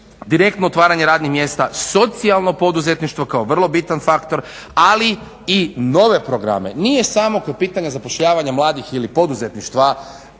direktno otvaranje radnih mjesta, socijalno poduzetništvo kao vrlo bitan faktor, ali i nove programe. Nije samo kod pitanja zapošljavanja mladih ili poduzetništva